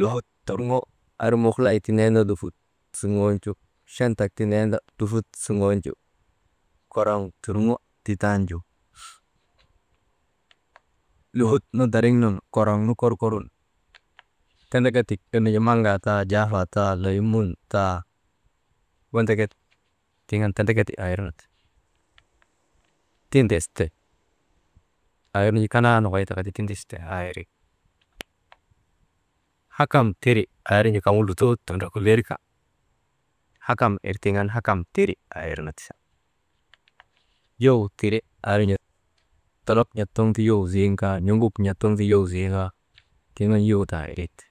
lowot torŋo aa irnu mukulay ti nenda lufut zuŋon ju chantak ti nenda lufut zuŋonju, koroŋ turŋo ti tanju lohut nu dariŋ nun koroŋ nu korkorun, tendeketi irnu naŋaa taa jaafaa taa leemun taa wendeket tiŋ an tendeketi aa irnu ti, tindiste aa irnu kanaa nokoy tika ti tindiste, aa iri hakam tiri aa irnu jaa kaŋgu lutoo tundrukulerka hakam tir andaka hakam iri aa irnu ti, yow tire aa irnu jaa dolok n̰at suŋti yow ziikaa n̰oguk n̰at suŋ ti yow ziikaa, tiŋ an yow daa irin ti.